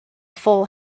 full